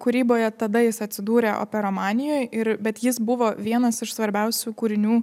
kūryboje tada jis atsidūrė operamanijoj ir bet jis buvo vienas iš svarbiausių kūrinių